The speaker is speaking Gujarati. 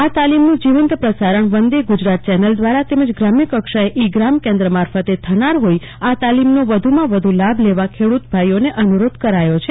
આ તાલીમનું જીવંત પ્રસારણ વંદે ગુજરાત ચેનલ દ્વારા તેમજ ગ્રામ્ય કક્ષાએ ઈ ગ્રામ કેન્દ્ર મારફતે થનાર હોઈ આ તાલીમનો વધુમાં વધુ લાભ લેવા માટે ખેડૂત ભાઈઓને અનુરોધ કરાયો છે